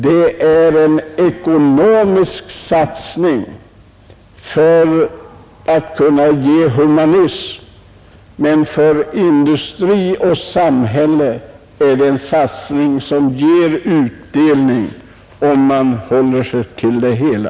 Det är en ekonomisk satsning vi gör av humanitära skäl, men det är också en satsning som ger utdelning för industri och samhälle.